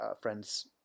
friends